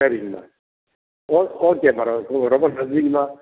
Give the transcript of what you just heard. சரிங்கம்மா ஓ ஓகே பரவாயில்ல ரொம்ப நன்றிங்க அம்மா